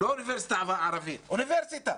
לא אוניברסיטה ערבית, אוניברסיטה.